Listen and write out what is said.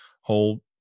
whole